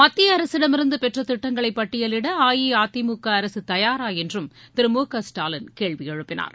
மத்திய அரசிடமிருந்து பெற்ற திட்டங்களை பட்டியலிட அஇஅதிமுக அரசு தயாரா என்றும் திரு மு க ஸ்டாலின் கேள்வி எழுப்பினார்